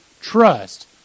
trust